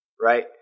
right